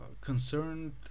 Concerned